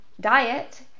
diet